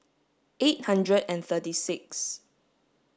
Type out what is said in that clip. eight hundred and thirty six